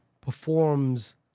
performs